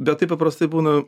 bet tai paprastai būna